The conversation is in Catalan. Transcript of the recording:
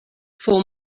fou